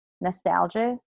nostalgia